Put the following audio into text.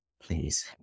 please